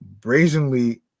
brazenly